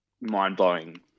mind-blowing